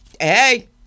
Hey